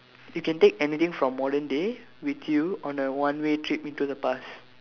you can take anything from modern day with you on a one way trip into the past